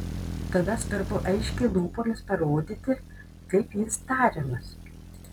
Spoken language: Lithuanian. tada svarbu aiškiai lūpomis parodyti kaip jis tariamas